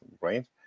right